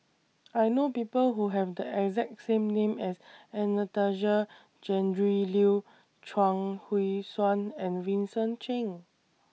I know People Who Have The exact same name as Anastasia Tjendri Liew Chuang Hui Tsuan and Vincent Cheng